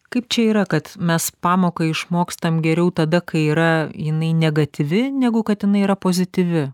kaip čia yra kad mes pamoką išmokstam geriau tada kai yra jinai negatyvi negu kad jinai yra pozityvi